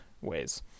ways